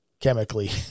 chemically